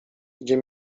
gdzie